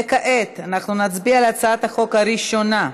כעת אנחנו נצביע על הצעת החוק הראשונה.